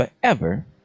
forever